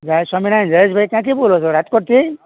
જય સ્વામિનારાયણ જયેશભાઈ ક્યાંથી બોલો છો રાજકોટથી